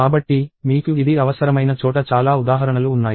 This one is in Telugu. కాబట్టి మీకు ఇది అవసరమైన చోట చాలా ఉదాహరణలు ఉన్నాయి